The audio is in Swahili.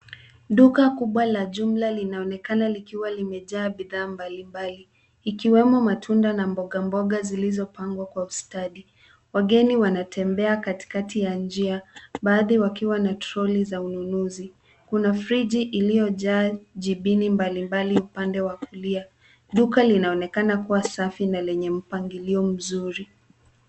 Duka kubwa la jumla linaonekana likiwa limejaa bidhaa mbalimbali, ikiwemo matunda na mboga mboga zilizopangwa kwa ustadi. Wageni wanatembea katikati ya njia, baadhi wakiwa na troli za ununuzi. Kuna friji iliyojaa jibini mbalimbali upande wa kulia. Duka linaonekana kuwa safi na lenye mpangilio mzuri.